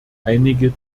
einige